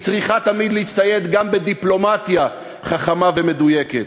היא צריכה תמיד גם להצטייד בדיפלומטיה חכמה ומדויקת,